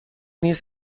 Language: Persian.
نیز